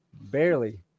barely